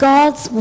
God's